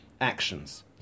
actions